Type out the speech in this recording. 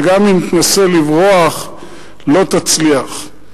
וגם אם תנסה לברוח לא תצליח.